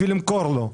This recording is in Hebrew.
לקוח בשביל למכור לו.